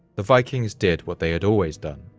the vikings did what they had always done?